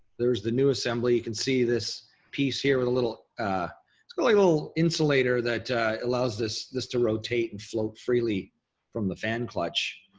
there's the new assembly, you can see this piece here with a little sort of a little insulator that allows this this to rotate and float freely from the fan clutch,